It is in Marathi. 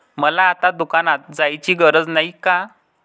मला आता दुकानात जायची गरज नाही का?